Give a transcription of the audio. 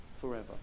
forever